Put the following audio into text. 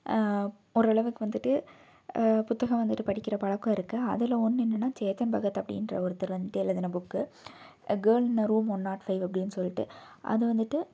ஓரளவுக்கு வந்துட்டு புத்தகம் வந்துட்டு படிக்கிற பழக்கம் இருக்குது அதில் ஒன்று என்னென்னால் சேத்தன் பகத் அப்படின்ற ஒருத்தர் வந்துட்டு எழுதின book a girl in a room one naught five அப்படின் சொல்லிட்டு அது வந்துட்டு